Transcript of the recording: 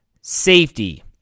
safety